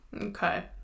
okay